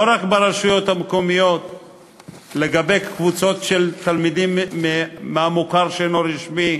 לא רק ברשויות המקומיות לגבי קבוצות של תלמידים מהמוכר שאינו רשמי,